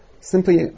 simply